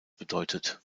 bedeutet